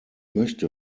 möchte